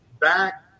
back